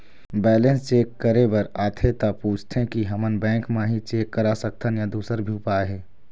Balance check करे बर आथे ता पूछथें की हमन बैंक मा ही चेक करा सकथन या दुसर भी उपाय हे?